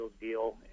deal